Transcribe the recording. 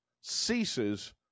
ceases